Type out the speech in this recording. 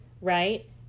right